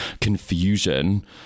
confusion